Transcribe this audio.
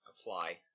apply